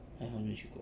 还好你没有去过